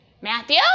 Matthew